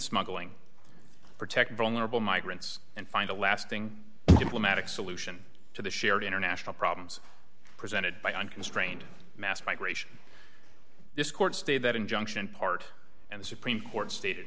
smuggling protect vulnerable migrants and find a lasting diplomatic solution to the shared international problems presented by unconstrained mass migration this court stayed that injunction part and the supreme court stated